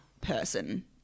person